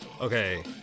Okay